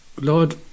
Lord